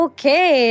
Okay